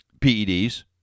PEDs